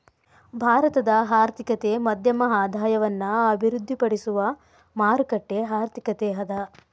ಭಾರತದ ಆರ್ಥಿಕತೆ ಮಧ್ಯಮ ಆದಾಯವನ್ನ ಅಭಿವೃದ್ಧಿಪಡಿಸುವ ಮಾರುಕಟ್ಟೆ ಆರ್ಥಿಕತೆ ಅದ